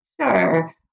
Sure